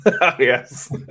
Yes